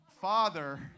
father